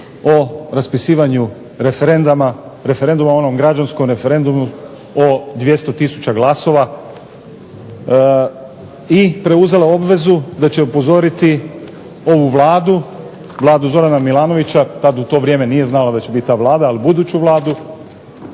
u onom građanskom referendumu o 200 tisuća glasova i preuzela obvezu da će upozoriti ovu Vladu, Vladu Zorana Milanovića, tad u to vrijeme nije znala da će bit ta Vlada, ali buduću Vladu